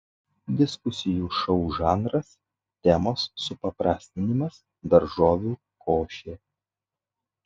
diskusijų šou žanras temos supaprastinimas daržovių košė